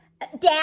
Dad